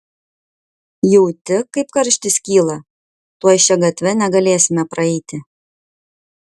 jauti kaip karštis kyla tuoj šia gatve negalėsime praeiti